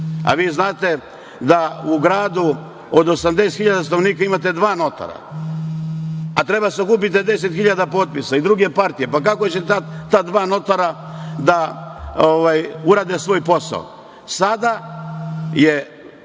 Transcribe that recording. a vi znate da u gradu od 80.000 stanovnika imate dva notara, a treba da sakupite 10.000 potpisa, i druge partije. Kako će ta dva notara da urade svoj posao?